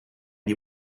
die